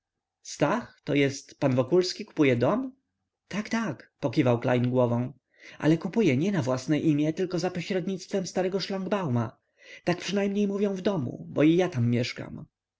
stach to jest pan wokulski kupuje dom tak tak potakiwał klejn głową ale kupuje nie na własne imię tylko za pośrednictwem starego szlangbauma tak przynajmniej mówią w domu bo i ja tam mieszkam